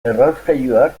errauskailuak